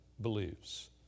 believes